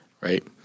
Right